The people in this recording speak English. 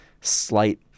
slight